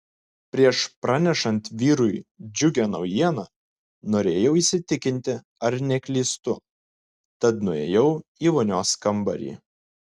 prieš pranešant vyrui džiugią naujieną norėjau įsitikinti ar neklystu tad nuėjau į vonios kambarį